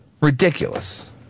Ridiculous